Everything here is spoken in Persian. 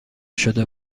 شده